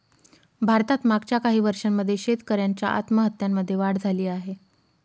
भारतात मागच्या काही वर्षांमध्ये शेतकऱ्यांच्या आत्महत्यांमध्ये वाढ झाली आहे